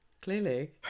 Clearly